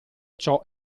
ciò